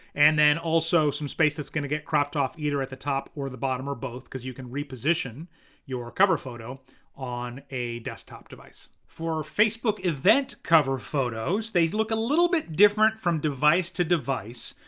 and then also some space that's gonna get cropped off either at the top or the bottom or both cause you can reposition your cover photo on a desktop device. for facebook event cover photos, they look a little bit different from device to device.